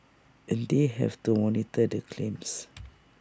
and they have to monitor the claims